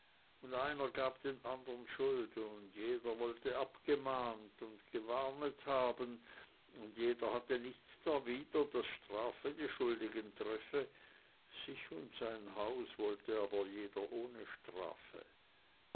und einer gab den andern schuld und jeder wollte abgemahnet und gewarnet haben und jeder hatte nichts darwider daß strafe die schuldigen treffe sich und sein haus wollte aber jeder ohne strafe